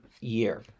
year